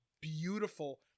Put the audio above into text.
beautiful